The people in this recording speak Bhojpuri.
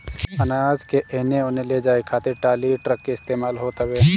अनाज के एने ओने ले जाए खातिर टाली, ट्रक के इस्तेमाल होत हवे